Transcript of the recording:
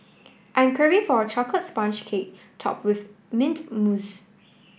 I'm craving for a chocolate sponge cake top with mint mousse